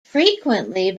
frequently